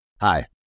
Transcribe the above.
Hi